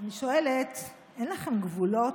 אני שואלת: אין לכם גבולות?